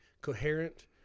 coherent